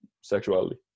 sexuality